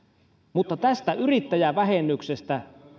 mutta tästä yrittäjävähennyksestä